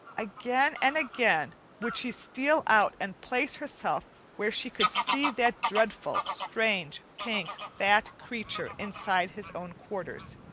again and again would she steal out and place herself where she could see that dreadful, strange, pink, fat creature inside his own quarters.